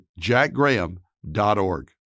jackgraham.org